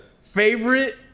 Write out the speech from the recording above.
Favorite